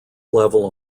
level